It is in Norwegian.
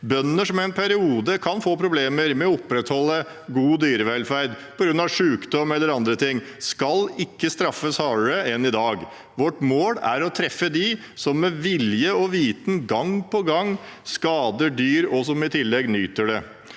Bønder som i en periode kan få problemer med å opprettholde god dyrevelferd på grunn av sykdom eller andre ting, skal ikke straffes hardere enn i dag. Vårt mål er å treffe dem som med vilje og viten gang på gang skader dyr, og som i tillegg nyter det.